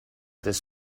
this